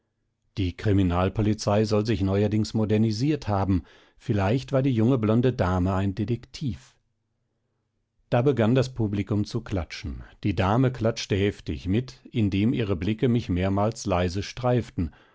die kriminalpolizei soll sich neuerdings modernisiert haben vielleicht war die junge blonde dame ein detektiv da begann das publikum zu klatschen die dame klatschte heftig mit indem ihre blicke mich mehrmals leise streiften